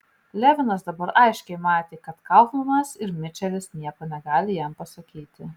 levinas dabar aiškiai matė kad kaufmanas ir mičelis nieko negali jam pasakyti